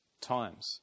times